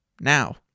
now